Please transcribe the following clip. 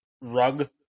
rug